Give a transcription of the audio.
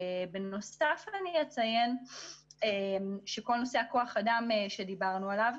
בנוסף, אני אציין שכל נושא כוח האדם שדיברנו עליו.